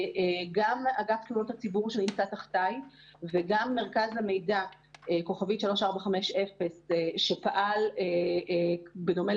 גם אגף תלונות הציבור וגם מרכז המידע 3450* שפעל בדומה